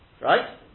Right